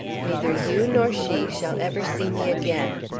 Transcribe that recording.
neither you nor she shall ever see me again.